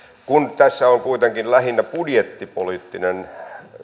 kun tässä on kuitenkin lähinnä budjettipoliittinen